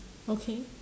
okay